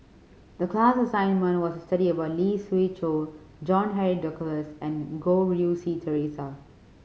the class assignment was study about Lee Siew Choh John Henry Duclos and Goh Rui Si Theresa